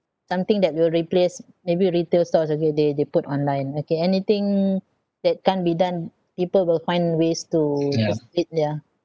something that will replace maybe retail stores okay they they put online okay anything that can't be done people will find ways to just split ya